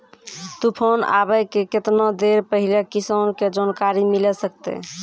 तूफान आबय के केतना देर पहिले किसान के जानकारी मिले सकते?